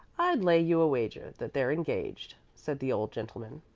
i'd lay you a wager that they're engaged, said the old gentleman.